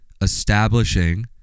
establishing